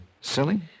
Silly